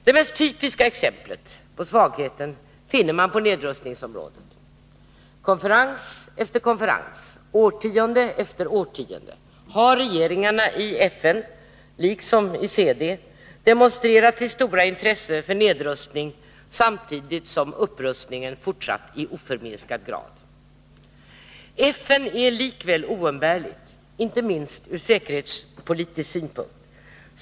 Det mest typiska exemplet på svagheten finner man på nedrustningsområdet. Konferens efter konferens, årtionde efter årtionde har regeringarna i FN, liksom i CD, demonstrerat sitt stora intresse för nedrustning, samtidigt som upprustningen fortsatt i oförminskad grad. FN är likväl oumbärligt, inte minst ur säkerhetspolitisk synpunkt.